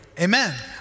Amen